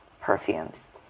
perfumes